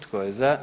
Tko je za?